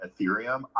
Ethereum